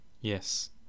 Yes